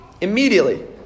Immediately